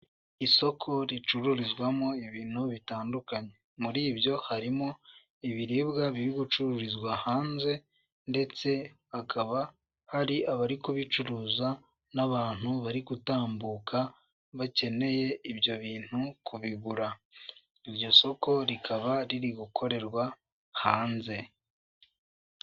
Isoko ricururizwamo ibintu bitandukanye muri ibyo harimo ibiribwa biri gucururizwa hanze ndetse hakaba hari abari kubicuruza n'abantu bari gutambuka bakeneye ibyo bintu kubigura iryo soko rikaba riri gukorerwa hanze.